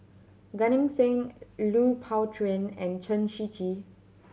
Gan Eng Seng Lui Pao Chuen and Chen Shiji